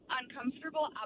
uncomfortable